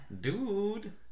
Dude